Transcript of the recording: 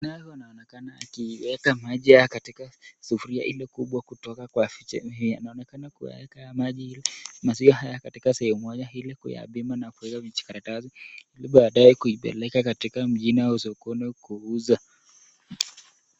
Naye huyu anaonekana akiweka maji haya katika sufuria ile kubwa kutoka kwa sehemu hii, anaonekana kuweka maziwa haya katika sehemu moja hili kuyapima na kuweka vijikaratasi hili baadae kuipeleka katika mjini au sokoni kuuza.